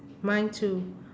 mine too